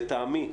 לטעמי,